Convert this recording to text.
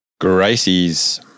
Gracie's